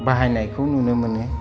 बाहायनायखौ नुनो मोनो